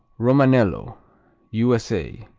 romanello u s a.